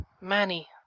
Manny